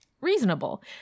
reasonable